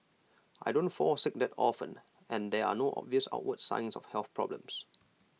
I don't fall sick that often and there are no obvious outward signs of health problems